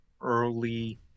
early